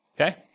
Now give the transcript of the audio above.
okay